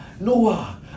Noah